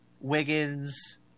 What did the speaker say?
Wiggins